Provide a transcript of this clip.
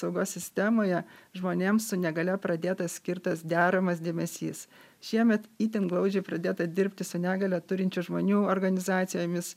saugos sistemoje žmonėms su negalia pradėtas skirtas deramas dėmesys šiemet itin glaudžiai pradėta dirbti su negalią turinčių žmonių organizacijomis